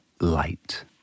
light